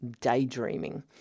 daydreaming